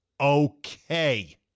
okay